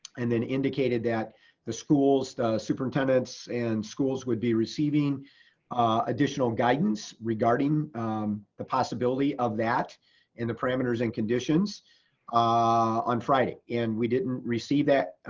and then indicated that the schools, the superintendents and schools would be receiving additional guidance regarding the possibility of that and the parameters and conditions on friday. and we didn't receive that